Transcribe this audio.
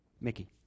Mickey